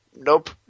Nope